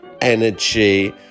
energy